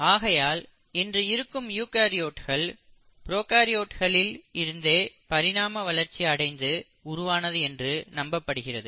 ஆகையால் இன்று இருக்கும் யூகரியோட்கள் ப்ரோகாரியோட்களில் இருந்தே பரிணாம வளர்ச்சி அடைந்து உருவானது என்று நம்பப்படுகிறது